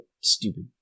Stupid